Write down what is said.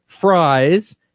Fries